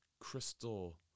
crystal